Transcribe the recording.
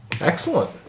Excellent